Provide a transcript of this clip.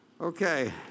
Okay